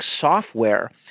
software